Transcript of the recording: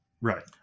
Right